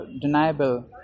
deniable